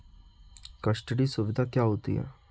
Custody सुविधा क्या होती है?